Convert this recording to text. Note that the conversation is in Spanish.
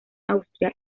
austria